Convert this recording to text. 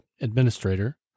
administrator